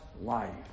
life